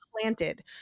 planted